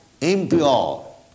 impure